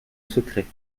secret